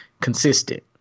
consistent